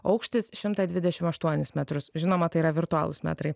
aukštis šimtą dvidešim aštuonis metrus žinoma tai yra virtualūs metrai